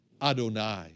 Adonai